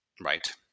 right